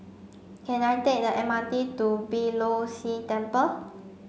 can I take the M R T to Beeh Low See Temple